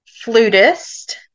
flutist